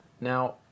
Now